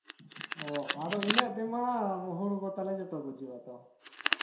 ᱚ ᱟᱫᱚ ᱤᱱᱟᱹᱜ ᱛᱮᱢᱟ ᱦᱩᱲᱩ ᱠᱚ ᱛᱟᱞᱮ ᱡᱚᱛᱚ ᱜᱩᱡᱩᱜᱼᱟ ᱛᱚ